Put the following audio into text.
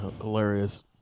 hilarious